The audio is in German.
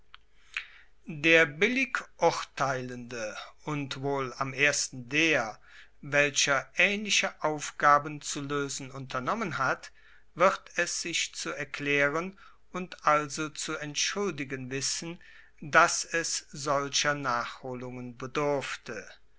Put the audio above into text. der billig urteilende und wohl am ersten der welcher aehnliche aufgaben zu loesen unternommen hat wird es sich zu erklaeren und also zu entschuldigen wissen dass es solcher nachholungen bedurfte